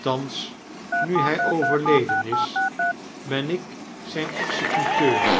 thans nu hij overleden is ben ik zp